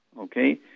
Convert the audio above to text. okay